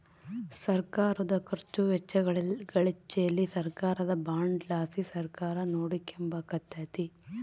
ಸರ್ಕಾರುದ ಖರ್ಚು ವೆಚ್ಚಗಳಿಚ್ಚೆಲಿ ಸರ್ಕಾರದ ಬಾಂಡ್ ಲಾಸಿ ಸರ್ಕಾರ ನೋಡಿಕೆಂಬಕತ್ತತೆ